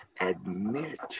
admit